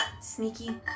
sneaky